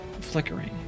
flickering